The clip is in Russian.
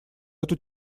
эту